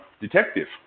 detective